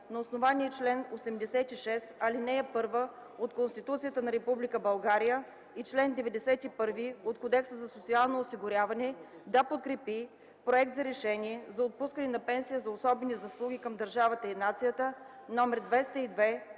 на основание чл. 86, ал. 1 от Конституцията на Република България и чл. 91 от Кодекса за социално осигуряване да подкрепи Проект за решение за отпускане на пенсия за особени заслуги към държавата и нацията, №